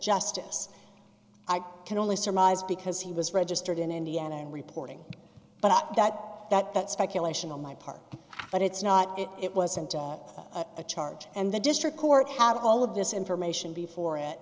justice i can only surmise because he was registered in indiana and reporting but i doubt that that's speculation on my part but it's not if it wasn't on a charge and the district court had all of this information before it